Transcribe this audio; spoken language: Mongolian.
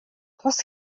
тус